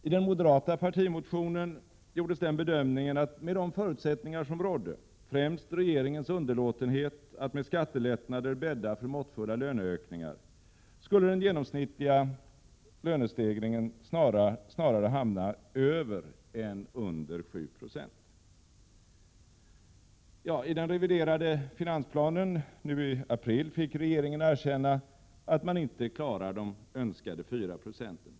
I den moderata partimotionen gjordes den bedömningen att med de förutsättningar som rådde — främst regeringens underlåtenhet att med skattelättnader bädda för måttfulla löneökningar — skulle den genomsnittliga löneökningen snarare hamna över än under 7 9e. I den reviderade finansplanen, som lades fram i april, fick regeringen erkänna att man inte klarar de önskade 4 procenten.